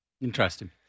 interesting